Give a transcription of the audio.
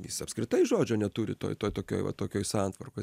jis apskritai žodžio neturi toj toj tokioj va tokioj santvarkoj